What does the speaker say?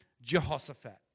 Jehoshaphat